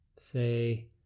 Say